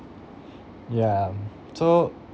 ya mm so